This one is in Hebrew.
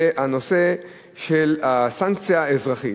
זה הנושא של הסנקציה האזרחית.